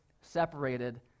separated